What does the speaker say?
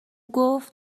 گفت